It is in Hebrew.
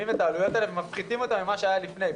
את העלויות האלה ולהפחית אותן ממה שהיה לפני כן.